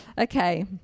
Okay